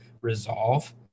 resolve